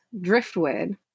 driftwood